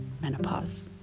Menopause